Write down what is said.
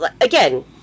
again